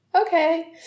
okay